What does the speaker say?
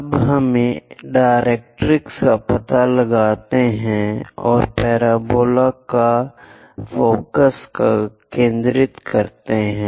अब हमें डायरेक्ट्रिक्स का पता लगाते हैं और पैराबोला पर ध्यान केंद्रित करते हैं